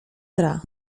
gra